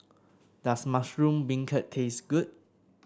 does Mushroom Beancurd taste good